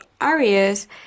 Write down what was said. areas